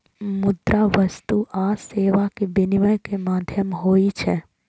मुद्रा वस्तु आ सेवा के विनिमय के माध्यम होइ छै